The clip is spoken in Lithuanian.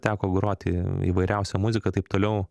teko groti įvairiausią muziką taip toliau